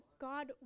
God